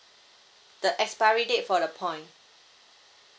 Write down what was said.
the expiry date for the point